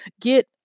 get